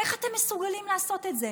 איך אתם מסוגלים לעשות את זה?